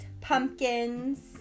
pumpkins